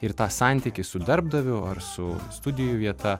ir tą santykį su darbdaviu ar su studijų vieta